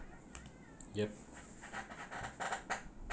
yep